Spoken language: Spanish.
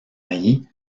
allí